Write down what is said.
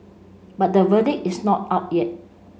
but the verdict is not out yet